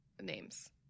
names